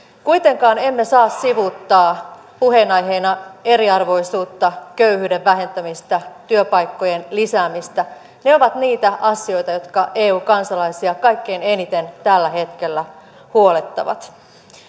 kuitenkaan emme saa sivuuttaa puheenaiheina eriarvoisuutta köyhyyden vähentämistä työpaikkojen lisäämistä ne ovat niitä asioita jotka eu kansalaisia kaikkein eniten tällä hetkellä huolettavat